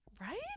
Right